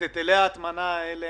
--- היטלי ההטמנה האלה,